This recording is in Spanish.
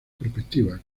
perspectivas